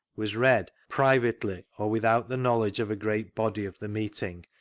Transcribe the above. was read privately, or without the knowledge of a great body of the meeting,